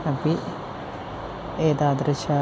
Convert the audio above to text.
अपि एतादृशम्